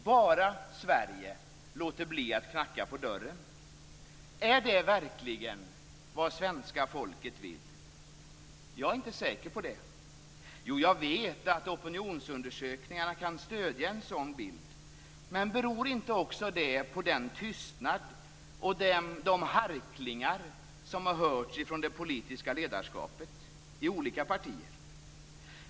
Bara Sverige låter bli att knacka på dörren. Är det verkligen vad svenska folket vill? Jag är inte säker på det. Jo, jag vet att opinionsundersökningarna kan stödja en sådan bild, men beror inte det också på den tystnad och de harklingar som har hörts från det politiska ledarskapet i olika partier?